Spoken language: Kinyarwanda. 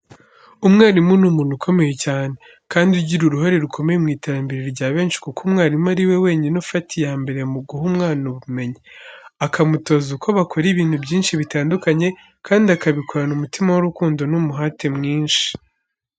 Umwarimu ni umuntu ukomeye cyane, kandi ugira uruhare rukomeye mu iterambere rya benshi kuko mwarimu ni we wenyine ufata iya mbere mu guha umwana ubumenyi, akamutoza uko bakora ibintu byinshi bitandukanye kandi akabikorana umutima w'urukundo n'umuhate mwinshi.